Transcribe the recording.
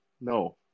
No